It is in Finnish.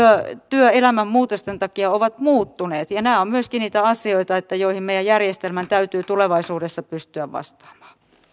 työelämän muutosten takia muuttuneet ja myöskin nämä ovat niitä asioita joihin meidän järjestelmän täytyy tulevaisuudessa pystyä vastaamaan